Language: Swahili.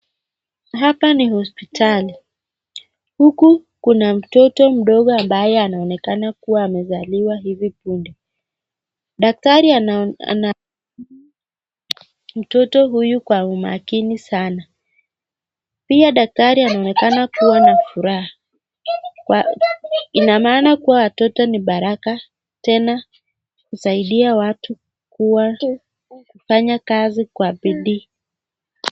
Hapa ni hospitali. Huku kuna mtoto mdogo ambaye anaonekana kuwa amezaliwa hivi punde. Daktari anaona mtoto huyu kwa umakini sana. Pia daktari anaonekana kuwa na furaha. Ina maana kuwa watoto nibaraka tena husaidia watu kuwa kufanya kazi kwa bidii.